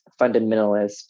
fundamentalist